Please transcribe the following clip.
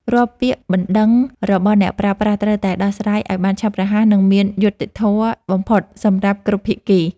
រាល់ពាក្យបណ្ដឹងរបស់អ្នកប្រើប្រាស់ត្រូវតែដោះស្រាយឱ្យបានឆាប់រហ័ស និងមានយុត្តិធម៌បំផុតសម្រាប់គ្រប់ភាគី។